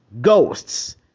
ghosts